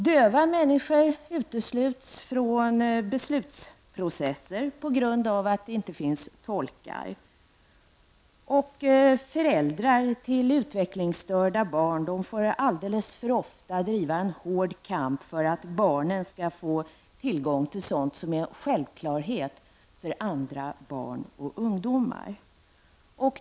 Döva människor utesluts från beslutsprocesser på grund av att det inte finns tolkar, och föräldrar till utvecklingsstörda barn får allt för ofta driva en hård kamp för att barnen skall få tillgång till sådant som är en självklarhet för andra barn och ungdomar.